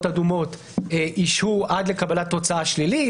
אדומות ישהו עד לקבלת תוצאת שלילית,